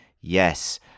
Yes